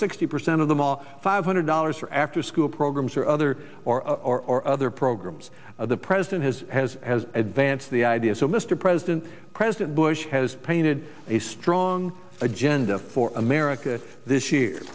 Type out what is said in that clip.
sixty percent of them all five hundred dollars for afterschool programs or other or or or other programs of the president has has has advanced the idea so mr president president bush has painted a strong agenda for america this year